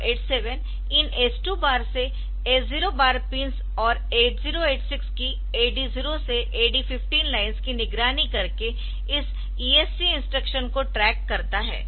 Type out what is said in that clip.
8087 इन S2 bar से S0 bar pins और 8086 की AD0 से AD15 लाइन्स की निगरानी करके इस ESC इंस्ट्रक्शन को ट्रैक करता है